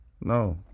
No